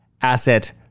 asset